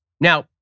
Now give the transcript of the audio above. Now